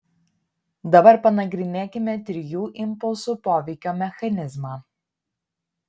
dabar panagrinėkime trijų impulsų poveikio mechanizmą